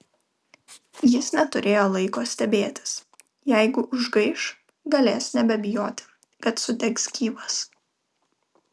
jis neturėjo laiko stebėtis jeigu užgaiš galės nebebijoti kad sudegs gyvas